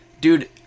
Dude